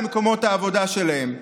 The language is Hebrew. למקומות העבודה שלהם.